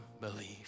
believe